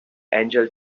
angel